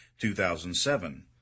2007